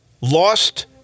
lost